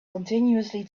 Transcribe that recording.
continuously